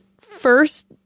first